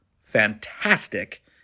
fantastic